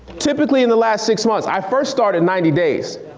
typically in the last six months. i first started ninety days.